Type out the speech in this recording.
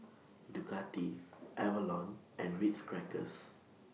Ducati Avalon and Ritz Crackers